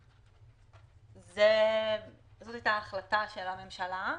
זאת הייתה ההחלטה של הממשלה.